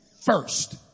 first